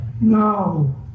No